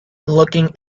looking